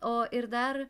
o ir dar